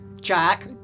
Jack